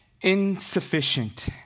insufficient